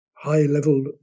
High-level